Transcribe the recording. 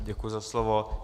Děkuji za slovo.